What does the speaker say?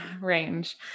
range